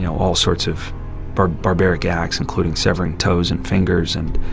you know all sorts of ah barbaric acts, including severing toes and fingers, and